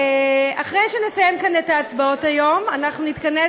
אחרי שנסיים כאן את ההצבעות היום אנחנו נתכנס